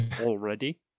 already